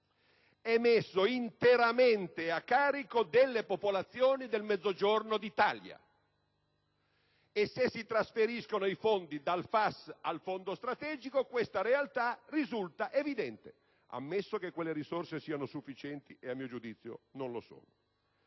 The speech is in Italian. è messo interamente a carico delle popolazioni del Mezzogiorno d'Italia. Se si trasferiscono i fondi dal FAS al Fondo strategico questa realtà risulta evidente, ammesso che quelle risorse siano sufficienti, ed a mio giudizio non lo sono.